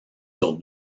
sur